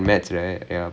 ஆமாம் ஆமாம்:aamaam aamaam